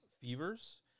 fevers